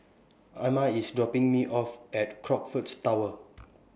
Ima IS dropping Me off At Crockfords Tower